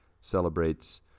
celebrates